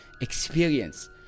experience